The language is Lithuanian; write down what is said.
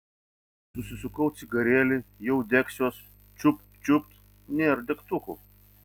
susisukau cigarėlį jau degsiuos čiupt čiupt nėr degtukų